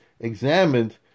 examined